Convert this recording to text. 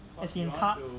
as in 他